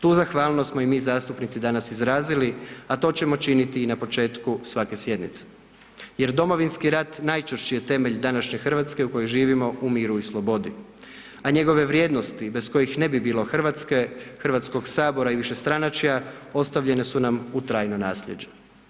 Tu zahvalnost smo i mi zastupnici danas izrazili, a to ćemo činiti i na početku svake sjednice jer Domovinski rat najčvršći je temelj današnje Hrvatske u kojoj živimo u miru i slobodi, a njegove vrijednosti bez kojih ne bi bilo Hrvatske, Hrvatskog sabora i višestranačja, ostavljene su nam u trajno nasljeđe.